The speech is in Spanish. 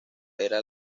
era